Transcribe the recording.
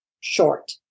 short